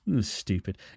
stupid